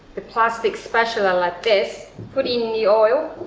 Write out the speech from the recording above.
the plastic spatula like this put in the oil